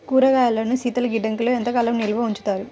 కూరగాయలను శీతలగిడ్డంగిలో ఎంత కాలం నిల్వ ఉంచుతారు?